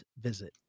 visit